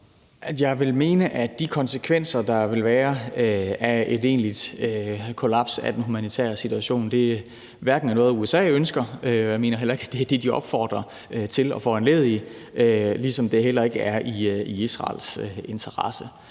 Jeg vil mene, at de konsekvenser, der vil være af et egentligt kollaps af den humanitære situation, hverken er noget, som USA ønsker – og jeg mener heller ikke, det er det, de opfordrer til at foranledige – eller noget, som er i Israels interesse.